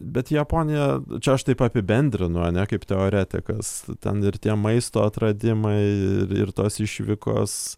bet japonija čia aš taip apibendrinu ane kaip teoretikas ten ir tie maisto atradimai ir ir tos išvykos